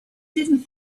didn’t